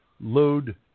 load